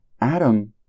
Adam